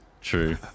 true